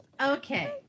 Okay